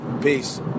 Peace